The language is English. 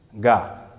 god